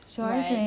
right